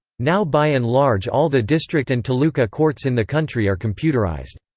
now by and large all the district and taluka courts in the country are computerized.